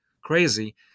crazy